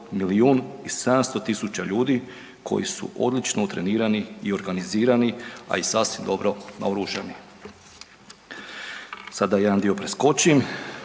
milijun i 700 tisuća ljudi koji su odlično utrenirani i organizirani, a i sasvim dobro naoružani“. Sada jedan dio preskočim